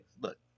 look